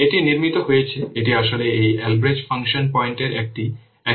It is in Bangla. এটি নির্মিত হয়েছে এটি আসলে এই Albrecht ফাংশন পয়েন্টের একটি এক্সটেনশন